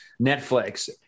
Netflix